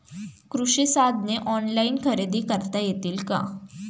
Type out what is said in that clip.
कृषी साधने ऑनलाइन खरेदी करता येतील का?